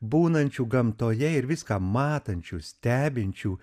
būnančių gamtoje ir viską matančių stebinčių